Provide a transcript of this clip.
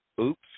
Oops